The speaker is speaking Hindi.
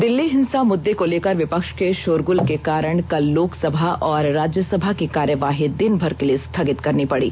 दिल्ली हिंसा मुद्दे को लेकर विपक्ष के शोरगुल के कारण कल लोकसभा और राज्यसभा की कार्यवाही दिनभर के लिए स्थगित करनी पड़ी